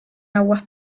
aguas